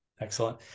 Excellent